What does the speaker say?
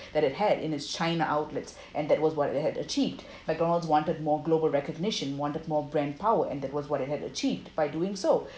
that it had in its china outlets and that was what they had achieved McDonald's wanted more global recognition wanted more brand power and that was what it had achieved by doing so